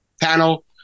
panel